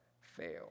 fail